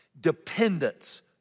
Dependence